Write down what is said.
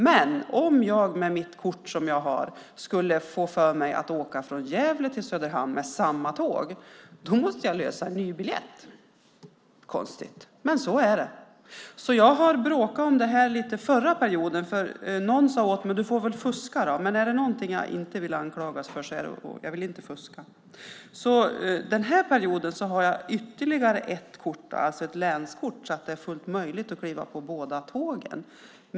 Men om jag, med mitt kort, skulle få för mig att åka från Gävle till Söderhamn med samma tåg måste jag lösa en ny biljett. Konstigt, men så är det. Jag har bråkat om det här under förra perioden, och någon sade till mig: Du får väl fuska. Är det något jag inte vill anklagas för är att fuska. Jag vill inte fuska. Den här perioden har jag ytterligare ett länskort så att jag kan kliva på båda tågen.